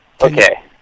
Okay